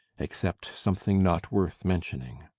except something not worth mentioning.